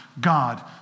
God